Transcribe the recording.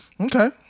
okay